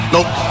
Nope